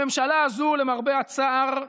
הממשלה הזו, למרבה הצער,